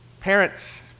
parents